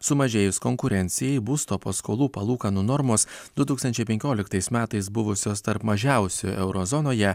sumažėjus konkurencijai būsto paskolų palūkanų normos du tūkstančiai penkioliktais metais buvusios tarp mažiausių euro zonoje